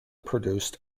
produced